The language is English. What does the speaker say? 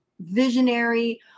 visionary